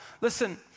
listen